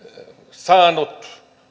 saanut